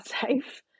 safe